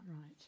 right